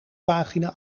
pagina